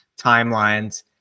timelines